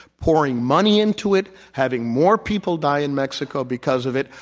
pouring money into it, having more people die in mexico because of it,